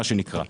מה שנקרא.